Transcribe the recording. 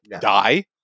die